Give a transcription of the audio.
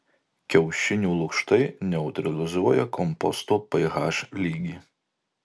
kiaušinių lukštai neutralizuoja komposto ph lygį